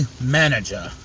manager